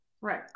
right